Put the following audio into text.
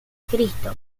cristo